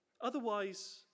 Otherwise